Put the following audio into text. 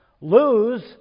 lose